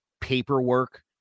paperwork